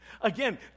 Again